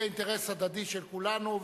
זה אינטרס הדדי של כולנו,